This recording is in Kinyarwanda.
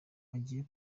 ugiye